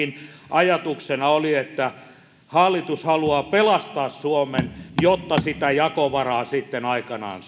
ajatuksena oli että hallitus haluaa pelastaa suomen jotta sitä jakovaraa sitten aikanaan